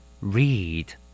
Read